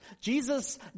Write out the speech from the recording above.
Jesus